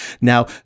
Now